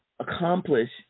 accomplish